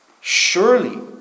Surely